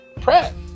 Prep